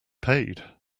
paid